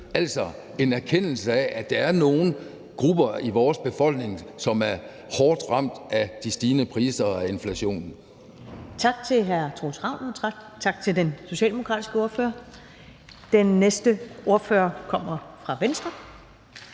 en erkendelse af, at der er nogle grupper i vores befolkning, som er hårdt ramt af de stigende priser og af inflationen.